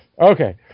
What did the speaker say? Okay